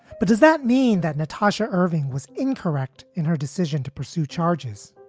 but does that mean that natasha irving was incorrect in her decision to pursue charges?